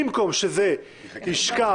במקום שזה ישכב